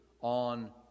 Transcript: on